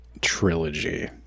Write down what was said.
Trilogy